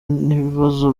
n’ibibazo